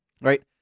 Right